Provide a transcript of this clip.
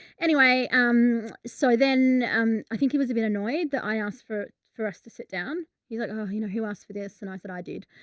anyway. um, so then, um, i think he was a bit annoyed that i asked for, for us to sit down. he's like, oh, you know who asked for this? and i said, i did.